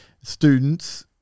students